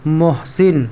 محسن